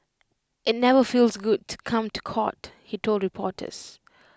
IT never feels good to come to court he told reporters